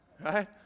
Right